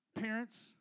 parents